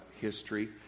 history